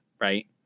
right